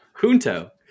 Junto